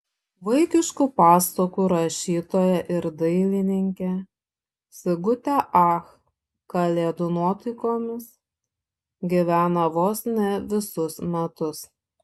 vaikiškų pasakų rašytoja ir dailininkė sigutė ach kalėdų nuotaikomis gyvena vos ne visus metus